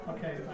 Okay